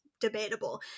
debatable